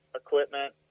equipment